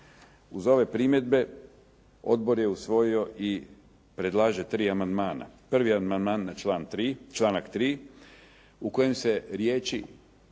Uz ove primjedbe, odbor je usvojio i predlaže tri amandmana. Prvi amandman, na članak 3. u kojem se riječi: